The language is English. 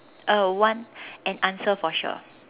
uh want an answer for sure